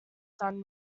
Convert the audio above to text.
son